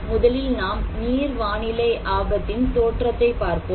முதலில் நாம் நீர் வானிலை ஆபத்தின் தோற்றத்தைப் பார்ப்போம்